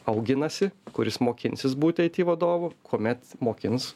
auginasi kuris mokinsis būti aiti vadovų kuomet mokins